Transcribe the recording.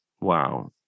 Wow